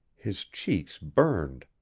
his cheeks burned.